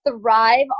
thrive